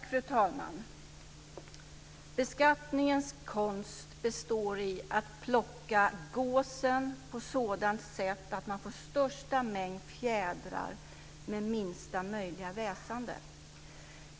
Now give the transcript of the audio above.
Fru talman! "Beskattningens konst består i att plocka gåsen på sådant sätt att man får största mängd fjädrar med minsta möjliga väsande."